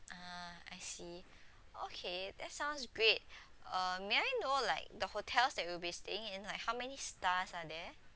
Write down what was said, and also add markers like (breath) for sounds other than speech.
ah I see (breath) okay that sounds great (breath) uh may I know like the hotels that we'll be staying in like how many stars are there